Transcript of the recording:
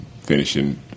finishing